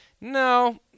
no